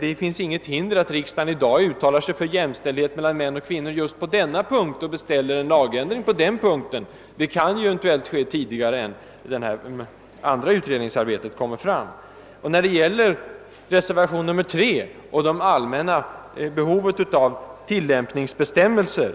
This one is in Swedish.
Det finns inget hinder för att riksdagen i dag uttalar sig för jämställdhet mellan män och kvinnor just på denna punkt och beställer en lagändring därvidlag — det kan eventuellt ske tidigare än redovisningen av utredningsarbetet i övrigt. Vad gäller de allmänna tillämpningsbestämmelser som förordas i reservationen III